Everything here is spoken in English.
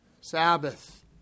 Sabbath